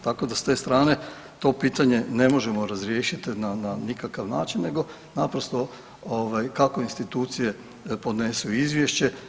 Tako da s te strane to pitanje ne možemo razriješiti na nikakav način, nego naprosto kako institucije podnesu izvješće.